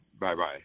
Bye-bye